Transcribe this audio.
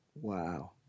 Wow